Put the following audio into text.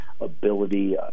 ability